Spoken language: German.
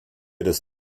dass